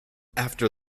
after